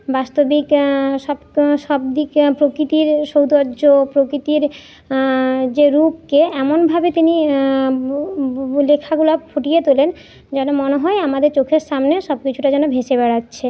বাস্তবিক সব দিকে প্রকৃতির সৌন্দর্য প্রকৃতির যে রূপকে এমনভাবে তিনি লেখাগুলা ফুটিয়ে তোলেন যেন মনে হয় আমাদের চোখের সামনে সব কিছুটা যেন ভেসে বেড়াচ্ছে